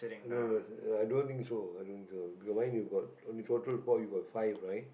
no no no i don't think so I mean your line you got five right